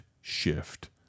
shift